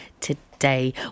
today